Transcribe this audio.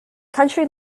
country